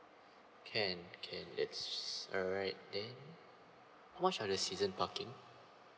can can that's alright then what are the season parking